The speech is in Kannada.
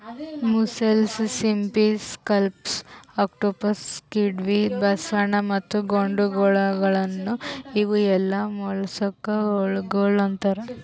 ಮುಸ್ಸೆಲ್ಸ್, ಸಿಂಪಿ, ಸ್ಕಲ್ಲಪ್ಸ್, ಆಕ್ಟೋಪಿ, ಸ್ಕ್ವಿಡ್, ಬಸವನ ಮತ್ತ ಗೊಂಡೆಹುಳಗೊಳ್ ಇವು ಎಲ್ಲಾ ಮೊಲಸ್ಕಾ ಹುಳಗೊಳ್ ಅಂತಾರ್